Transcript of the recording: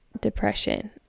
depression